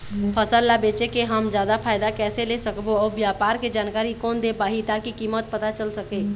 फसल ला बेचे के हम जादा फायदा कैसे ले सकबो अउ व्यापार के जानकारी कोन दे पाही ताकि कीमत पता चल सके?